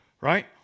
Right